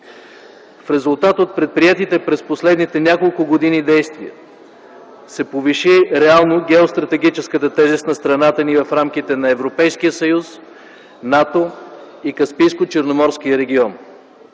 В резултат от предприетите през последните няколко години действия се повиши реално геостратегическата тежест на страната ни в рамките на Европейския съюз, НАТО и Каспийско-Черноморския регион.